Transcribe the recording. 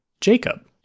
Jacob